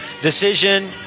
Decision